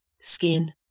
skin